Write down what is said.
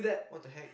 what the heck